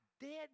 dead